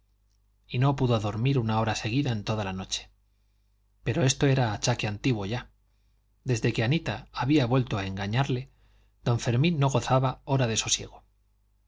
y no pudo dormir una hora seguida en toda la noche pero esto era achaque antiguo ya desde que anita había vuelto a engañarle don fermín no gozaba hora de sosiego